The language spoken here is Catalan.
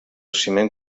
ciment